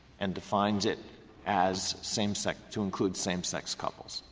and defines it as same-sex to include same-sex couples.